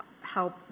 help